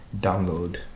download